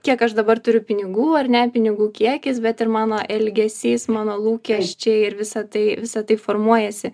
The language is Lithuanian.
kiek aš dabar turiu pinigų ar ne pinigų kiekis bet ir mano elgesys mano lūkesčiai ir visa tai visa tai formuojasi